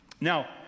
now